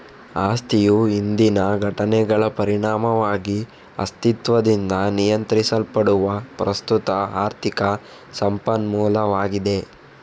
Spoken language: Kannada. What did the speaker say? ಆಸ್ತಿಯು ಹಿಂದಿನ ಘಟನೆಗಳ ಪರಿಣಾಮವಾಗಿ ಅಸ್ತಿತ್ವದಿಂದ ನಿಯಂತ್ರಿಸಲ್ಪಡುವ ಪ್ರಸ್ತುತ ಆರ್ಥಿಕ ಸಂಪನ್ಮೂಲವಾಗಿದೆ